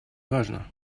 важно